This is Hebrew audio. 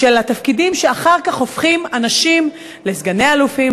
התפקידים שאחר כך הופכים אנשים לסגני-אלופים,